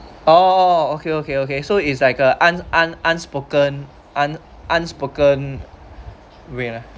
oh okay okay okay so it's like un~ un~ un~ unspoken un~ unspoken way lah